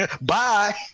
Bye